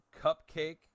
Cupcake